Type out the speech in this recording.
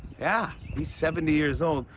yeah. he's seventy years old,